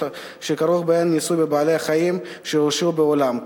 שכרוך בהן ניסוי בבעלי-חיים שאושרו בעולם.